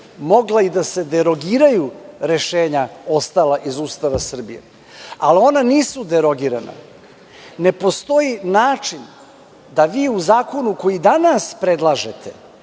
mogla i da se derogiraju rešenja ostala iz Ustava Srbije. Ali ona nisu derogirana, ne postoji način da vi u zakonu koji danas predlažete,